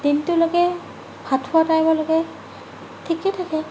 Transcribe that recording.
দিনটোলৈকে ভাতখোৱা টাইমলৈকে ঠিকে থাকে